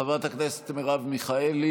חברת הכנסת מרב מיכאלי,